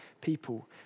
people